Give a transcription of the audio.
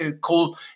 call